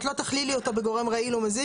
את לא תכלילי אותו בגורם רעיל או מזיק?